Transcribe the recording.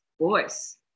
voice